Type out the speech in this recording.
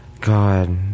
God